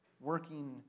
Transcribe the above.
working